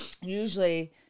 usually